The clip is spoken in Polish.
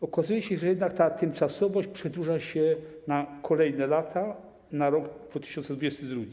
Okazuje się, że jednak ta tymczasowość przedłuża się na kolejne lata, na rok 2022.